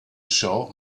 show